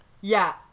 yeah-